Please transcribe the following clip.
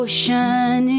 Ocean